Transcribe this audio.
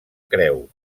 creu